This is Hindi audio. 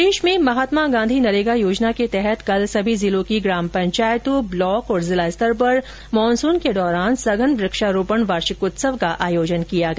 प्रदेश में महात्मा गांधी नरेगा योजना के तहत कल सभी जिलों की ग्राम पंचायतों ब्लॉक और जिला स्तर पर मानसून के दौरान सघन वृक्षारोपण वार्षिकोत्सव का आयोजन किया गया